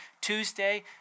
Tuesday